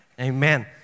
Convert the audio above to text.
Amen